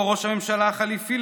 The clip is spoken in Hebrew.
או ראש הממשלה החליפי,